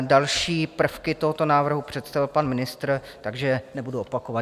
Další prvky tohoto návrhu představil pan ministr, takže nebudu opakovat.